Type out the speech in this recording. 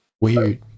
weird